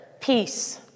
peace